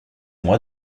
moi